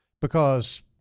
because-